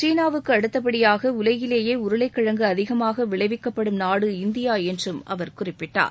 சீனாவுக்கு அடுத்தப்படியாக உலகிலேயே உருளைக்கிழங்கு அதிகமாக விளைவிக்கப்படும் நாடு இந்தியா என்றும் அவர் குறிப்பிட்டார்